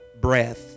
breath